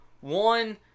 one